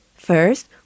First